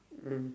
mm